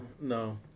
no